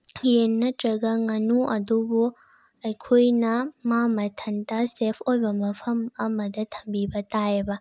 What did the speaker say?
ꯌꯦꯟ ꯅꯠꯇꯔꯒ ꯉꯥꯅꯨ ꯑꯗꯨꯕꯨ ꯑꯩꯈꯣꯏꯅ ꯃꯥ ꯃꯊꯟꯇ ꯁꯦꯐ ꯑꯣꯏꯕ ꯃꯐꯝ ꯑꯃꯗ ꯊꯝꯕꯤꯕ ꯇꯥꯏꯌꯦꯕ